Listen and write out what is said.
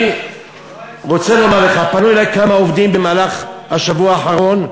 אני רוצה לומר לך: פנו אלי כמה עובדים במהלך השבוע האחרון,